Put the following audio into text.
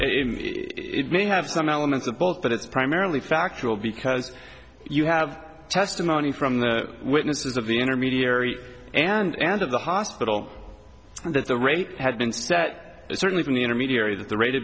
it may have some elements of both but it's primarily factual because you have testimony from the witnesses of the intermediary and and of the hospital that the rate has been that it's certainly been the intermediaries at the rate